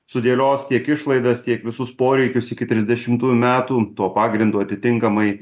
sudėlios tiek išlaidas tiek visus poreikius iki trisdešimųjų metų tuo pagrindu atitinkamai